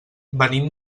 venim